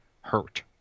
hurt